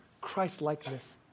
Christ-likeness